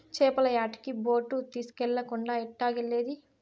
చేపల యాటకి బోటు తీస్కెళ్ళకుండా ఎట్టాగెల్లేది